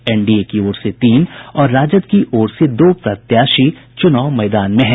NDA की ओर से तीन और राजद की ओर से दो प्रत्याशी चुनाव मैदान में हैं